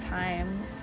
times